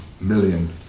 million